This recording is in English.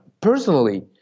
Personally